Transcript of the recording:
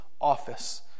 office